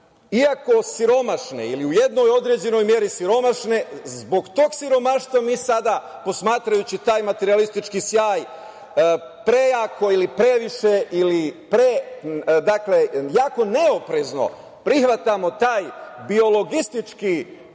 iako siromašni ili u jednoj određenoj meri siromašni, zbog tog siromaštva mi sada, posmatrajući taj materijalistički sjaj, prejako ili previše, dakle, jako neoprezno prihvatamo taj biologistički